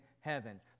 heaven